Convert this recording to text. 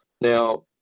Now